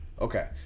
Okay